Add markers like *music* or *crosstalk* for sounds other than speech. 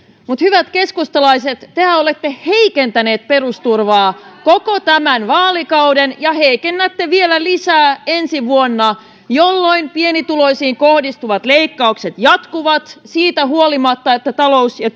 mutta hyvät keskustalaiset tehän olette heikentäneet perusturvaa koko tämän vaalikauden ja heikennätte vielä lisää ensi vuonna jolloin pienituloisiin kohdistuvat leikkaukset jatkuvat siitä huolimatta että talous ja *unintelligible*